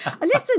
listen